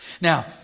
Now